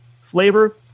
Flavor